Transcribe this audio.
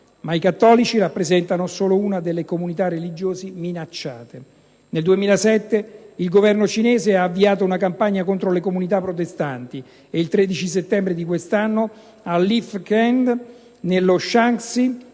Ma i cattolici rappresentano solo una delle comunità religiose minacciate. Nel 2007 il Governo cinese ha avviato una campagna contro le comunità protestanti e il 13 settembre di quest'anno a Linfeng, nello Shanxi,